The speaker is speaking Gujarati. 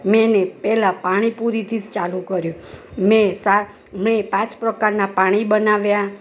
મેં એને પહેલાં પાણીપુરીથી ચાલુ કર્યું મેં સાત નહીં પાંચ પ્રકારના પાણી બનાવ્યા